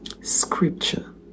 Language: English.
Scripture